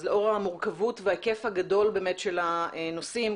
אז לאור המורכבות וההיקף הגדול באמת של הנושאים,